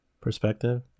Perspective